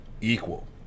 equal